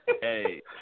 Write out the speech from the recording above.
Hey